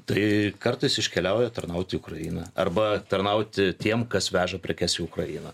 tai kartais iškeliauja tarnauti į ukrainą arba tarnauti tiem kas veža prekes į ukrainą